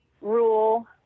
rule